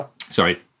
sorry